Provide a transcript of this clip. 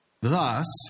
Thus